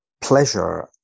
pleasure